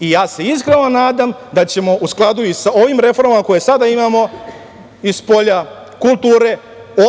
I ja se iskreno nadam da ćemo u skladu i sa ovim reformama koje sada imamo iz polja kulture